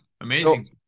amazing